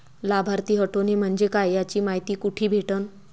लाभार्थी हटोने म्हंजे काय याची मायती कुठी भेटन?